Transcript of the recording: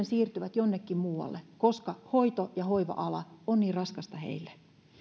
siirtyvät jonnekin muualle koska hoito ja hoiva ala on niin raskasta heille